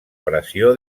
pressió